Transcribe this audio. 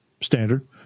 standard